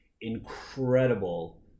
incredible